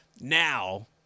Now